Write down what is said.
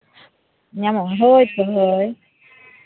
ᱧᱟᱢᱚᱜᱼᱟ ᱦᱳᱭ ᱛᱚ ᱦᱳᱭ